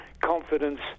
confidence